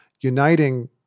uniting